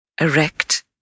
erect